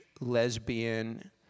lesbian